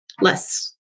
less